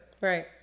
right